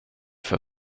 för